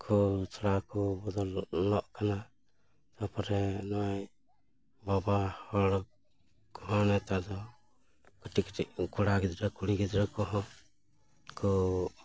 ᱠᱚ ᱛᱷᱚᱲᱟ ᱠᱚ ᱵᱚᱫᱚᱞᱚᱜ ᱠᱟᱱᱟ ᱛᱟᱯᱚᱨᱮ ᱱᱚᱜᱼᱚᱭ ᱵᱟᱵᱟ ᱦᱚᱲ ᱠᱚᱦᱚᱸ ᱱᱮᱛᱟᱨ ᱫᱚ ᱠᱟᱹᱴᱤᱡᱼᱠᱟᱹᱴᱤᱡ ᱠᱚᱲᱟ ᱜᱤᱫᱽᱨᱟᱹ ᱠᱩᱲᱤ ᱜᱤᱫᱽᱨᱟᱹ ᱠᱚᱦᱚᱸ ᱠᱚ